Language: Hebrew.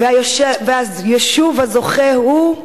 והיישוב הזוכה הוא,